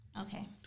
Okay